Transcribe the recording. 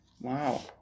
Wow